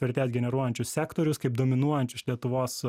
vertės generuojančius sektorius kaip dominuojančius lietuvos